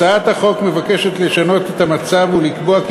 הצעת החוק מבקשת לשנות את המצב ולקבוע כי